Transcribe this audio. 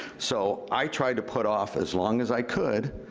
so, i tried to put off, as long as i could,